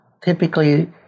typically